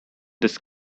this